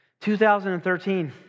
2013